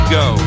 go